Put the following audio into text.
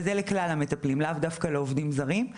וזה לכלל המטפלים, לאו דווקא לעובדים זרים.